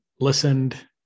listened